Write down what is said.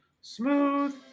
Smooth